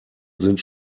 sind